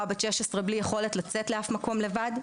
בת 16 בלי יכולת לצאת לאף מקום לבד,